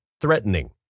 threatening